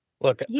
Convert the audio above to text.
Look